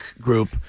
group